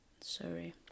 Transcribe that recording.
sorry